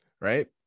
right